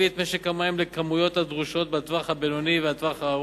את משק המים לכמויות הדרושות בטווח הבינוני ובטווח הארוך.